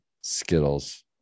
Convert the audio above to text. skittles